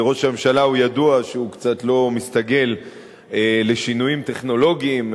ראש הממשלה ידוע שהוא קצת לא מסתגל לשינויים טכנולוגיים,